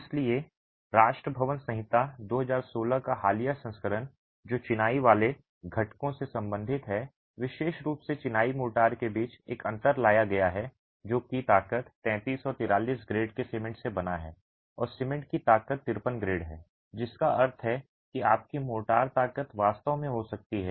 इसलिए राष्ट्रीय भवन संहिता 2016 का हालिया संस्करण जो चिनाई वाले घटकों से संबंधित है विशेष रूप से चिनाई मोर्टार के बीच एक अंतर लाया गया है जो कि ताकत 33 और 43 ग्रेड के सीमेंट से बना है और सीमेंट की ताकत 53 ग्रेड है जिसका अर्थ है कि आपकी मोर्टार ताकत वास्तव में हो सकती है